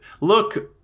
Look